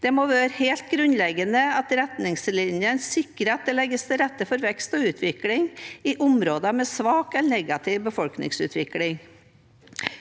Det må være helt grunnleggende at retningslinjene sikrer at det legges til rette for vekst og utvikling i områder med svak eller negativ befolkningsutvikling.